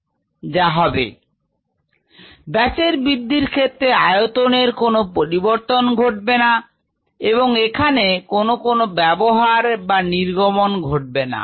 rgddtdxVdt ব্যাচের বৃদ্ধির ক্ষেত্রে আয়তন এর কোনো পরিবর্তন হবে না এবং এখানে কোন কোন ব্যবহার বা নির্গম ঘটে না